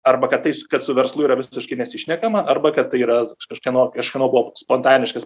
arba kad tais kad su verslu yra visiškai nesišnekama arba kad tai yra kažkieno kažkieno buvo spontaniškas